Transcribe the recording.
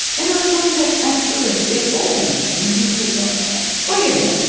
and i find that absolutely appalling. and did you keep going back? oh, yeah.